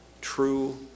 true